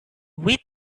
with